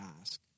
ask